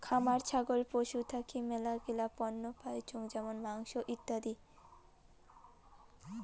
খামার ছাগল পশু থাকি মেলাগিলা পণ্য পাইচুঙ যেমন মাংস, ইত্যাদি